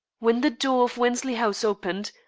when the door of wensley house opened,